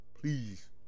please